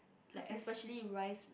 like especially rice